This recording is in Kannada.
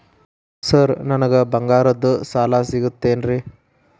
ಸರ್ ನನಗೆ ಬಂಗಾರದ್ದು ಸಾಲ ಸಿಗುತ್ತೇನ್ರೇ?